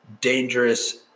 dangerous